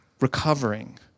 recovering